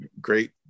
great